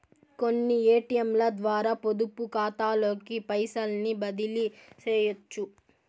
కొన్ని ఏటియంలద్వారా పొదుపుకాతాలోకి పైసల్ని బదిలీసెయ్యొచ్చు